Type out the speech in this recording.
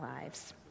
lives